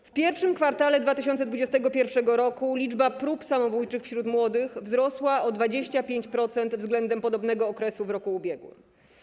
W pierwszym kwartale 2021 r. liczba prób samobójczych wśród młodych wzrosła o 25% względem podobnego okresu w roku ubiegłym.